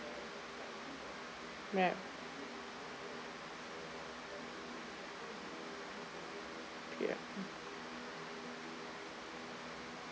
yup yup